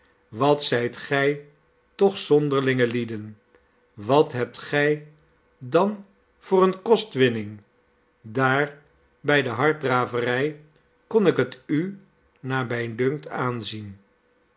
wat zijt gij toch zonderlinge lieden wat hebt gij dan voor eene kostwinning daar bij de harddraverij kon ik het u naar mij dunkt aanzien